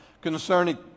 concerning